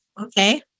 okay